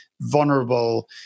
vulnerable